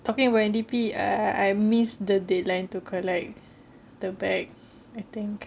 talking about N_D_P I I missed the deadline to collect the bag I think